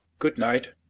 good night.